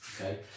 okay